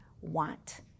want